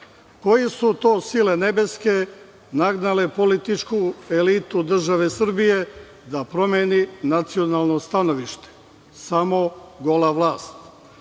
su to sile nebeske nagnale političku elitu države Srbije da promeni nacionalno stanovište? Samo gola vlast.